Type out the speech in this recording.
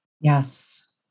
Yes